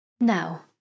Now